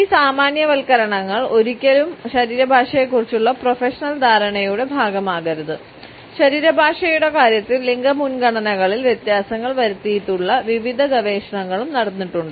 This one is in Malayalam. ഈ സാമാന്യവൽക്കരണങ്ങൾ ഒരിക്കലും ശരീരഭാഷയെക്കുറിച്ചുള്ള പ്രൊഫഷണൽ ധാരണയുടെ ഭാഗമാകരുത് ശരീരഭാഷയുടെ കാര്യത്തിൽ ലിംഗ മുൻഗണനകളിൽ വ്യത്യാസങ്ങൾ വരുത്തിയിട്ടുള്ള വിവിധ ഗവേഷണങ്ങളും നടന്നിട്ടുണ്ട്